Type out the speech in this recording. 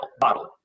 bottle